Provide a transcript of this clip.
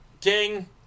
King